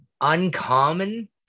uncommon